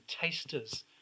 tasters